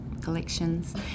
collections